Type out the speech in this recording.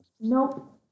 Nope